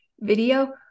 video